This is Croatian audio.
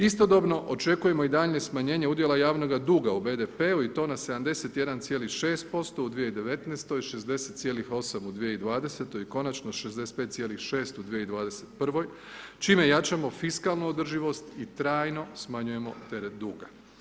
Istodobno očekujemo i daljnje smanjenje udjela javnoga duga u BDP-u i to na 71,6% u 2019.-toj, 60,8% u 2020.-toj i konačno 65,6% u 2021.-voj, čime jačamo fiskalnu održivost i trajno smanjujemo teret duga.